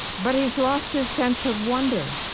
but he's lost his sense of wonder.